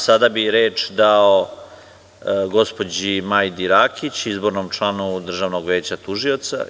Sada bih reč dao gospođi Majdi Rakić, izbornom članu Državnog veća tužioca.